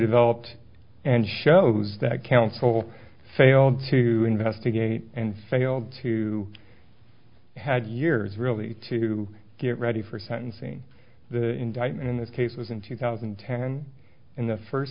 developed and shows that counsel failed to investigate and failed to had years really to get ready for sentencing the indictment in this case is in two thousand and ten in the first